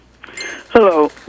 Hello